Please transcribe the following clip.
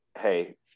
Hey